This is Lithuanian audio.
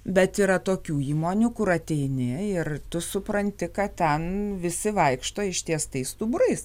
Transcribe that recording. bet yra tokių įmonių kur ateini ir tu supranti kad ten visi vaikšto ištiestais stuburais